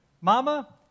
Mama